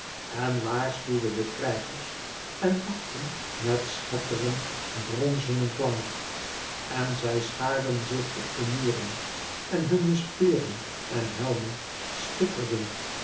en waarschuwde de krijgers en wachten met schetterend bronzenen klank en zij schaarden zich op de muren en hunne speren en helmen schitterden